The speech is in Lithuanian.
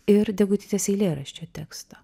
ir degutytės eilėraščio teksto